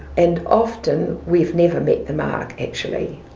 and often we've never met the mark actually.